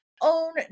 own